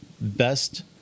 best